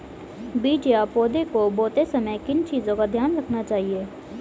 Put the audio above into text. बीज या पौधे को बोते समय किन चीज़ों का ध्यान रखना चाहिए?